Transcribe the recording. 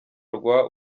rwa